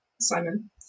Simon